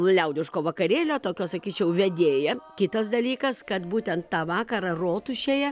liaudiško vakarėlio tokio sakyčiau vedėja kitas dalykas kad būtent tą vakarą rotušėje